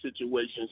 situations